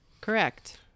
Correct